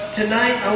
tonight